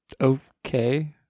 Okay